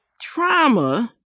trauma